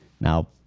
Now